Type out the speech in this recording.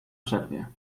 przerwie